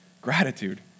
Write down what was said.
Gratitude